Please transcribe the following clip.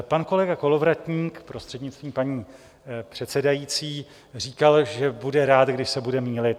Pan kolega Kolovratník, prostřednictvím paní předsedající, říkal, že bude rád, když se bude mýlit.